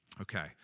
Okay